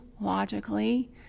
logically